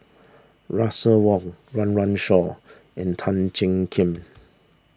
Russel Wong Run Run Shaw and Tan Jiak Kim